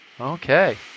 Okay